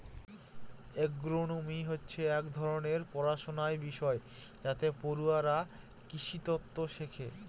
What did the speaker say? agronomy হচ্ছে এক ধরনের পড়াশনার বিষয় যাতে পড়ুয়ারা কৃষিতত্ত্ব শেখে